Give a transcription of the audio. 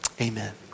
amen